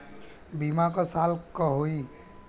बीमा क साल क होई?